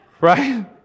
Right